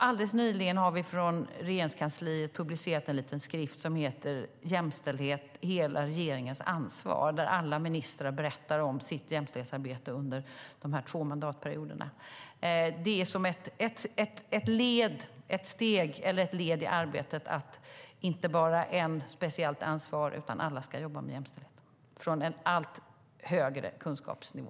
Alldeles nyligen har Regeringskansliet publicerat en liten skrift som heter Jämställdhet - hela regeringens ansvar , där alla ministrar berättar om sitt jämställdhetsarbete under de här två mandatperioderna. Det är ett led i arbetet med att det inte bara ska vara en speciellt ansvarig, utan alla ska jobba med jämställdhet - från en allt högre kunskapsnivå.